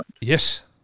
Yes